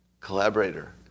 Collaborator